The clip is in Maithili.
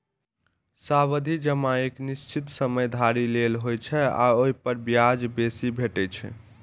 सावधि जमा एक निश्चित समय धरि लेल होइ छै आ ओइ पर ब्याज बेसी भेटै छै